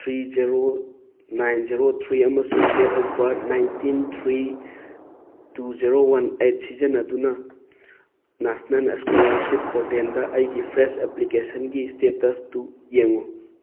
three zero nine zero three ꯑꯃꯁꯨꯡ date of birth nineteen three two zero one eight ꯁꯤꯖꯤꯟꯅꯗꯨꯅ national scholarship ꯄꯣꯔꯇꯦꯜꯗ ꯑꯩꯒꯤ fresh ꯑꯦꯄ꯭ꯂꯤꯀꯦꯁꯟꯒꯤ status ꯇꯨ ꯌꯦꯡꯉꯨ